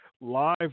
live